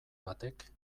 batek